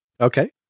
Okay